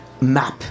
map